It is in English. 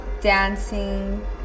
dancing